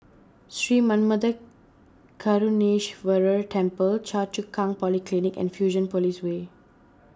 Sri Manmatha Karuneshvarar Temple Choa Chu Kang Polyclinic and Fusionopolis Way